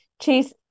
chase